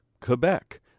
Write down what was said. Quebec